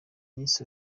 miss